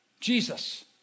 Jesus